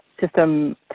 system